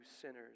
sinners